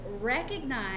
Recognize